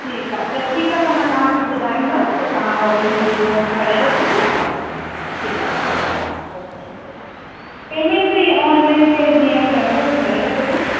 ठीकु आहे त ठीकु आहे त मां तव्हांखे ॿुधाईंदमि त तव्हां ऑर्डर मुंहिंजो नोट करे रखिजो हा ठीकु आहे ओके पेमेंट त इहा ऑनलाइन कैश जीअं चवंदो करे रखंदमि